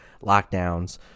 lockdowns